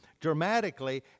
dramatically